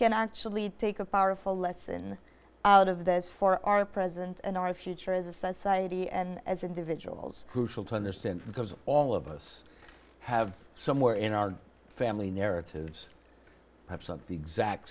can actually take a powerful lesson out of this for our present and our future as a society and as individuals who feel to understand because all of us have somewhere in our family narratives perhaps of the exact